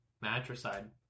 Matricide